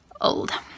Old